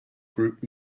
group